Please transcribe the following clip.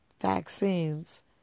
vaccines